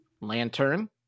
Lantern